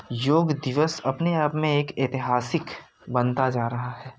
योग दिवस अपने आप में एक ऐतिहासिक बनता जा रहा है